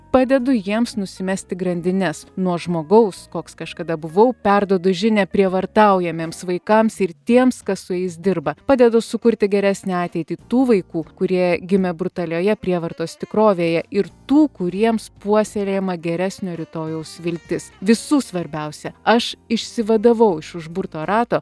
padedu jiems nusimesti grandines nuo žmogaus koks kažkada buvau perduodu žinią prievartaujamiems vaikams ir tiems kas su jais dirba padedu sukurti geresnę ateitį tų vaikų kurie gimė brutalioje prievartos tikrovėje ir tų kuriems puoselėjama geresnio rytojaus viltis visų svarbiausia aš išsivadavau iš užburto rato